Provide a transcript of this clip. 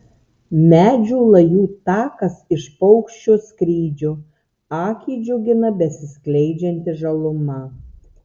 medžių lajų takas iš paukščio skrydžio akį džiugina besiskleidžianti žaluma